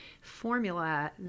formula